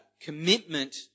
commitment